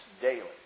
daily